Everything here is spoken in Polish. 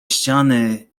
ściany